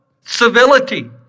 Civility